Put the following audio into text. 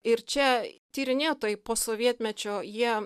ir čia tyrinėtojai posovietmečio jie